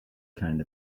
kind